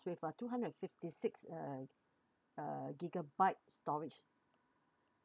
with uh two hundred fifty six uh uh gigabyte storage